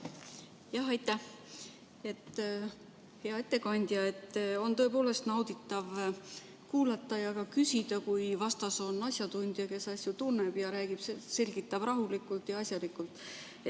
Aitäh! Hea ettekandja! On tõepoolest nauditav kuulata ja ka küsida, kui vastas on asjatundja, kes asja tunneb ning selgitab rahulikult ja asjalikult.